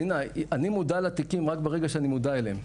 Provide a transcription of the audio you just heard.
נינה, אני מודע לתיקים רק ברגע שאני מודע אליהם.